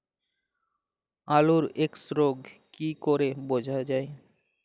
আলুর এক্সরোগ কি করে বোঝা যায়?